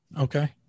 Okay